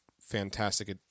fantastic